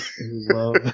love